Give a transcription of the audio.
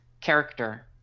character